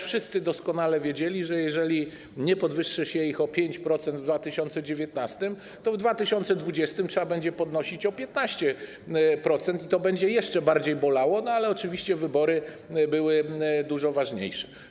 Wszyscy doskonale wiedzieli, że jeżeli nie podwyższy się ich o 5% w 2019 r., to w 2020 r. trzeba będzie podnosić o 15% i to będzie jeszcze bardziej bolało, ale oczywiście wybory były dużo ważniejsze.